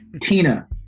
Tina